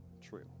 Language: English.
true